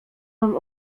wam